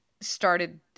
started